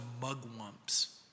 mugwumps